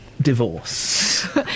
Divorce